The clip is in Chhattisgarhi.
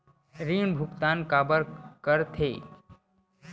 ऋण भुक्तान काबर कर थे?